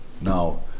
now